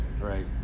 Right